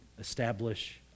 establish